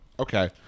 Okay